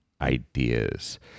ideas